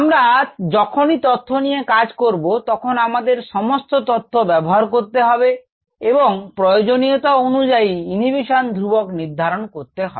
আমরা যখনই তথ্য নিয়ে কাজ করব তখন আমাদের সমস্ত তথ্য ব্যবহার করতে হবে এবং প্রয়োজনীয়তা অনুযায়ী ইনহিভিশন ধ্রুবক নির্ধারণ করতে হবে